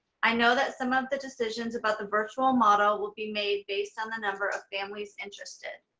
i know that some of the decisions about the virtual model will be made based on the number of families interested.